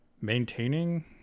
Maintaining